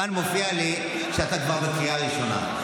כאן מופיע לי שאתה כבר בקריאה ראשונה.